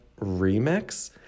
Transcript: remix